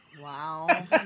Wow